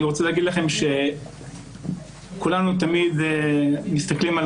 אני רוצה להגיד לכם שכולנו תמיד מסתכלים על